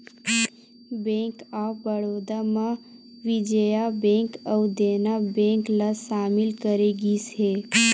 bank of Baroda म Vijaya bank अउ Dena bank ल सामिल करे गिस हे